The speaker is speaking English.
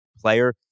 player